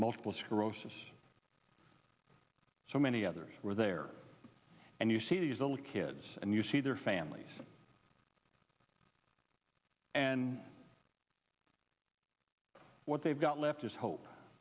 multiple sclerosis so many others were there and you see these little kids and you see their families and what they've got left is hope